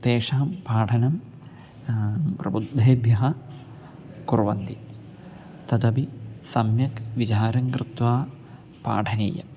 तेषां पाठनं प्रबुद्धेभ्यः कुर्वन्ति तदपि सम्यक् विचारं कृत्वा पाठनीयम्